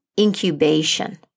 incubation